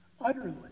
utterly